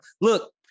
Look